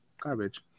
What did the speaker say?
garbage